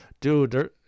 dude